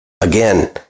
Again